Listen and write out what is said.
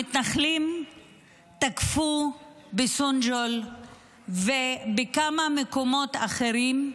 המתנחלים תקפו בסינג'יל ובכמה מקומות אחרים,